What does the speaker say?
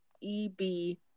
E-B